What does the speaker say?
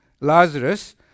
Lazarus